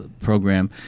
program